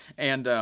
and